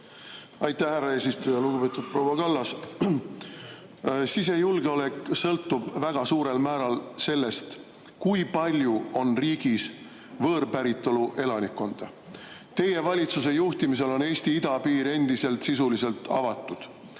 Aitäh, härra eesistuja! Lugupeetud proua Kallas! Sisejulgeolek sõltub väga suurel määral sellest, kui palju on riigis võõrpäritolu elanikkonda. Teie valitsuse juhtimisel on Eesti idapiir endiselt sisuliselt avatud.